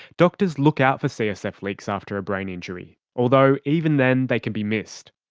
doctors look out for csf leaks after a brain injury, although even then they can be missed.